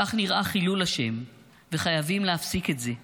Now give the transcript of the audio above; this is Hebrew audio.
כך נראה חילול השם, וחייבים להפסיק את זה עכשיו.